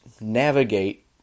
navigate